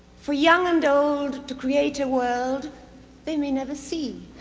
for young and old to create a world they may never see